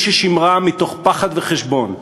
היא ששימרה, מתוך פחד וחשבון,